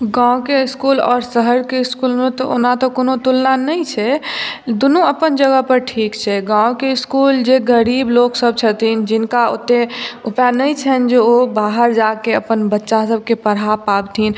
गाँवके इसकुल आओर शहरके इसकुलमे तऽ ओना तऽ कोनो तुलना नहि छै दुन्नू अपन जगहपर ठीक छै गाँवके इसकुल जे गरीब लोक सब छथिन जिनका ओत्ते उपाय नहि छन्हि जे ओ बाहर जाके अपन बच्चा सबके पढ़ा पाबथिन